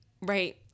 Right